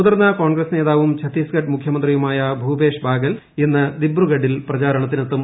മുതിർന്ന കോൺഗ്രസ് നേതാവും ഛത്തീസ്ഗഡ് മുഖ്യമന്ത്രിയുമായ ഭൂപേഷ് ബാഗേൽ ഇന്ന് ദിബ്രുഗഡിൽ പ്രചാരണത്തിനെത്തും